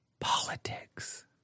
Politics